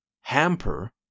hamper